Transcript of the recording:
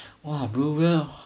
!wah! blue whale